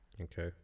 Okay